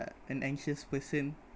uh an anxious person